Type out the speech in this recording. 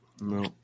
No